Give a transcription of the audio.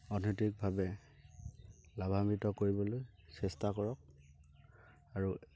অৰ্থনৈতিকভাৱে লাভাম্বিত কৰিবলৈ চেষ্টা কৰক আৰু